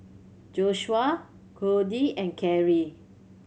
Joshua Codie and Carie